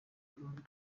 burundu